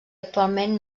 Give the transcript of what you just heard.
actualment